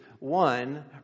One